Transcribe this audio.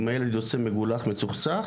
אם הילד יוצא מגולח מצוחצח,